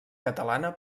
catalana